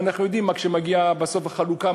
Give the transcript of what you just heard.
אנחנו יודעים מה קורה כשמגיעה בסוף החלוקה.